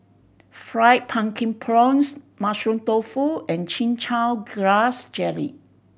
Fried Pumpkin Prawns Mushroom Tofu and Chin Chow Grass Jelly